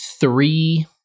three